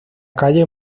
calle